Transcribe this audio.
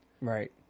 Right